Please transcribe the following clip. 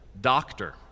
doctor